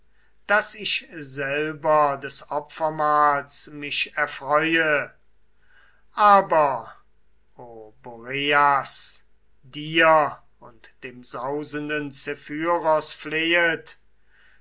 daß ich selber des opfermahls mich erfreue aber o boreas dir und dem sausenden zephyros flehet